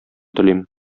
телим